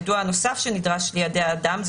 היידוע הנוסף שנדרש ליידע אדם,